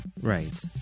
right